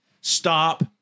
Stop